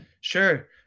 Sure